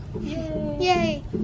Yay